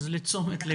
אז לתשומת ליבך.